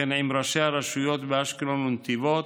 וכן עם ראשי הרשויות באשקלון ובנתיבות,